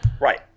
right